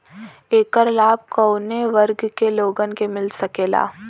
ऐकर लाभ काउने वर्ग के लोगन के मिल सकेला?